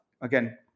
Again